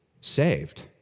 saved